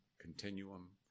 continuum